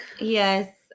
Yes